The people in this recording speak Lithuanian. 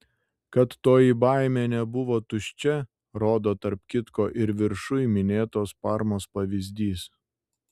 kad toji baimė nebuvo tuščia rodo tarp kitko ir viršuj minėtos parmos pavyzdys